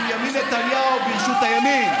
האם הוא רוצה את בנימין נתניהו בראשות הימין?